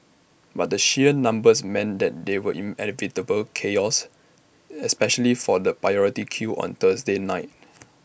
but the sheer numbers meant that there was inevitable chaos especially for the priority queue on Thursday night